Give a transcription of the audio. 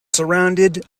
surrounded